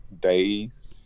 days